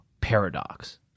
paradox